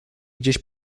gdzieś